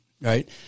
Right